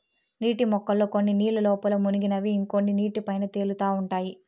నీటి మొక్కల్లో కొన్ని నీళ్ళ లోపల మునిగినవి ఇంకొన్ని నీటి పైన తేలుతా ఉంటాయి